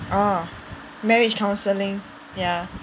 orh marriage counselling ya